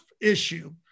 issue